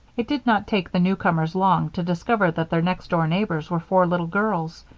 it did not take the newcomers long to discover that their next-door neighbors were four little girls.